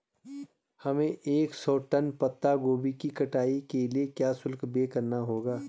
हमें एक सौ टन पत्ता गोभी की कटाई के लिए क्या शुल्क व्यय करना होगा?